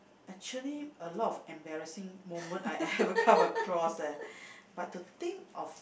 actually a lot of embarrassing moment I had come across eh but to think of